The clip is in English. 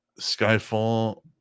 Skyfall